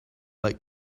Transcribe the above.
like